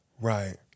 Right